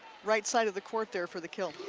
right side of the court there for the kill.